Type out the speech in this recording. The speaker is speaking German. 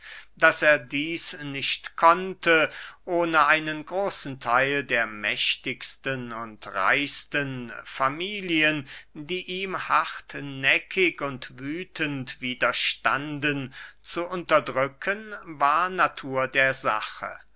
daß er dieß nicht konnte ohne einen großen theil der mächtigsten und reichsten familien die ihm hartnäckig und wüthend widerstanden zu unterdrücken war natur der sache